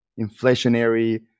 inflationary